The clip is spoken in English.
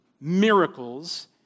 miracles